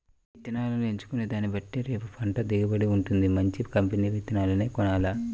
ఇత్తనాలను ఎంచుకునే దాన్నిబట్టే రేపు పంట దిగుబడి వుంటది, మంచి కంపెనీ విత్తనాలనే కొనాల